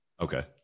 Okay